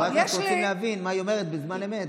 אנחנו רוצים להבין מה היא אומרת בזמן אמת,